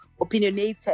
opinionated